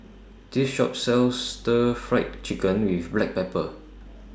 This Shop sells Stir Fried Chicken with Black Pepper